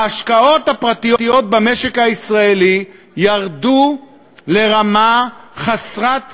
ההשקעות הפרטיות במשק הישראלי ירדו לרמה חסרת תקדים,